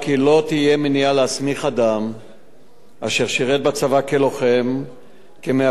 אשר שירת בצבא כלוחם כמאבטח לפי חוק סמכויות לשם שמירה על ביטחון הציבור